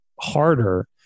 harder